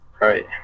right